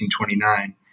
1929